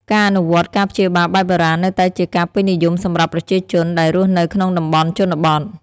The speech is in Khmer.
ការអនុវត្តការព្យាបាលបែបបុរាណនៅតែជាការពេញនិយមសម្រាប់ប្រជាជន ដែលរស់នៅក្នុងតំបន់ជនបទ។